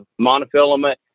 monofilament